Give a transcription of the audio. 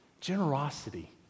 generosity